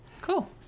cool